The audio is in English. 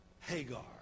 Hagar